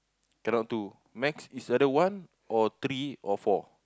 cannot two max is only one or three or four